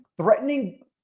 Threatening